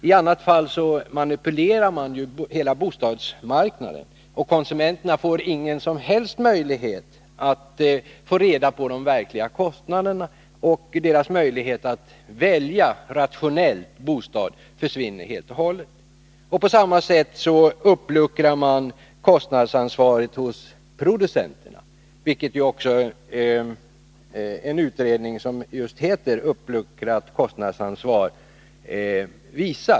I annat fall manipulerar man hela bostadsmarknaden. Konsumenterna har ingen som helst möjlighet att få reda på de verkliga kostnaderna, och deras möjlighet att rationellt välja bostad försvinner helt och hållet. På samma sätt uppluckrar man kostnadsansvaret hos producenterna, vilket också den utredning visar som heter just Uppluckrat kostnadsansvar.